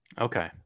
Okay